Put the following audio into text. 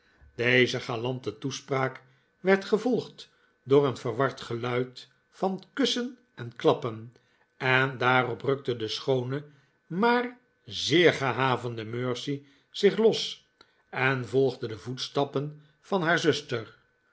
deze galante toespraak werd gevolgd door een verward geluid van kussen en klappen en daarop rukte de schoone maar zeer gehavende mercy zich los en volgde de voetstappen van haar zuster